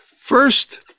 first